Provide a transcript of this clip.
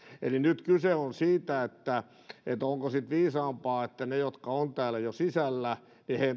eli nyt kyse on siitä onko sitten viisaampaa että niiden jotka ovat täällä jo sisällä